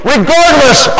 Regardless